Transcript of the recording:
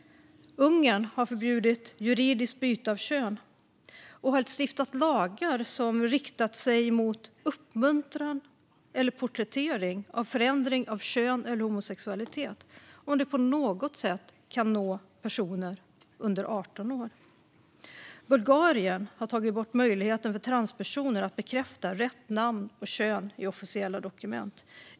Ungern har förbjudit juridiskt byte av kön och har stiftat lagar som riktar sig mot uppmuntran eller porträttering av förändring av kön eller homosexualitet om det på något sätt kan nå personer under 18 år. Bulgarien har tagit bort möjligheten för transpersoner att bekräfta rätt namn och kön i officiella dokument.